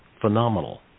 phenomenal